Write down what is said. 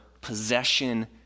possession